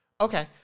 Okay